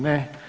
Ne.